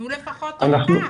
תנו לפחות אורכה.